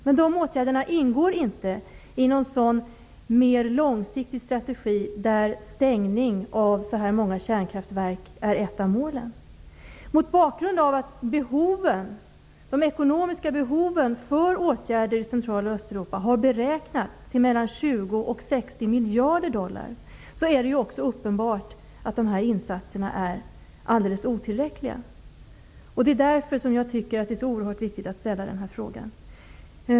Men dessa åtgärder ingår inte i någon mer långsiktig strategi, där stängning av så här många kärnkraftverk är ett av målen. Mot bakgrund av att de ekonomiska behoven av åtgärder i centrala Östeuropa har beräknats till mellan 20 och 60 miljarder dollar är det uppenbart att dessa insatser är alldeles otillräckliga. Därför är det oerhört vikigt att ställa den här frågan.